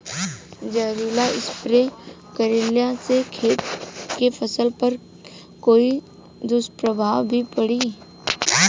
जहरीला स्प्रे करला से खेत के फसल पर कोई दुष्प्रभाव भी पड़ी?